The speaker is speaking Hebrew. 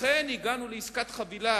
לכן הגענו לעסקת חבילה